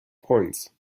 points